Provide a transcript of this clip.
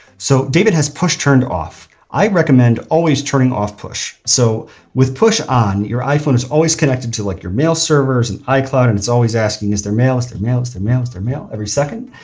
so david has push, turned off. i recommend always turning off push. so with push on your, iphone is always connected to like your mail servers and icloud. and it's always asking, is there mail, is there mail, is there mail, is there mail, every second.